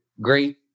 great